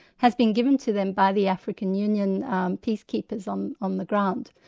have been given to them by the african union peacekeepers on on the ground.